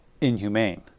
inhumane